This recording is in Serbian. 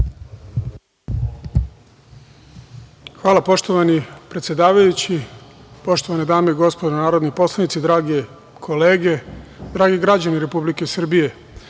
Hvala. Poštovani predsedavajući, poštovane dame i gospodo narodni poslanici, drage kolege, dragi građani Republike Srbije,